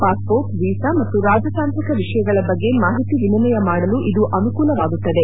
passport visa ಮತ್ತು ರಾಜತಾಂತ್ರಿಕ ವಿಷಯಗಳ ಬಗ್ಗೆ ಮಾಹಿತಿ ವಿನಿಮಯ ಮಾಡಲು ಇದು ಅನುಕೂಲವಾಗುತ್ತದೆ